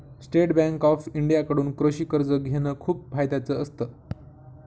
state Bank of India कडून कृषि कर्ज घेण खूप फायद्याच असत